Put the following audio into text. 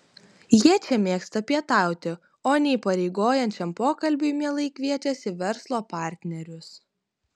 jie čia mėgsta pietauti o neįpareigojančiam pokalbiui mielai kviečiasi verslo partnerius